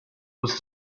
was